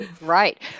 Right